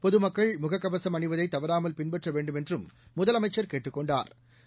பொதுமக்கள் முகக்கவசம் அணிவதை தவறாமல் பின்பற்ற வேண்டுமென்றும் முதலமைச்சா் கேட்டுக் கொண்டாா்